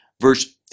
Verse